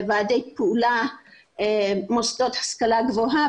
ועדי פעולה מוסדות להשכלה גבוהה,